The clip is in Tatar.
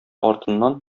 артыннан